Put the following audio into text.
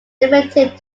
limited